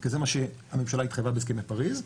כי זה מה שהממשלה התחייבה בהסכמי פריז,